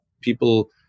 people